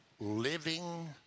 Living